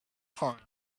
ham